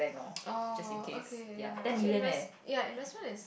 orh okay ya actually invest ya investment is